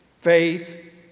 faith